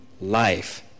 life